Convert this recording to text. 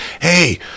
Hey